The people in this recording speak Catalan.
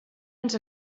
ens